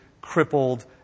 crippled